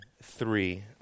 three